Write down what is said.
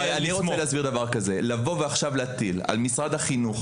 אני רוצה להסביר ולומר שלבוא עכשיו להטיל על משרד החינוך